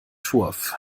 turf